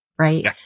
right